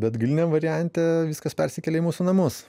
bet galiniam variante viskas persikėlė į mūsų namus